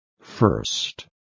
first